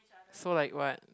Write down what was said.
so like what